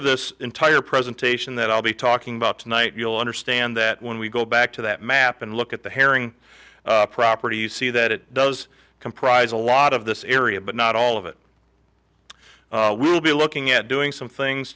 of this entire presentation that i'll be talking about tonight you'll understand that when we go back to that map and look at the herring property you see that it does comprise a lot of this area but not all of it we will be looking at doing some things